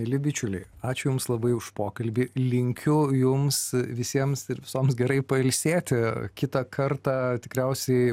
mieli bičiuliai ačiū jums labai už pokalbį linkiu jums visiems ir visoms gerai pailsėti kitą kartą tikriausiai